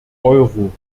euro